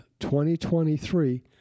2023